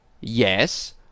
Yes